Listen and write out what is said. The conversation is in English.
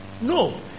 No